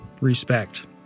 respect